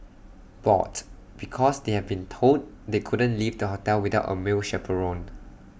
bored because they have been told they couldn't leave the hotel without A male chaperone